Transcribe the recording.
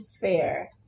fair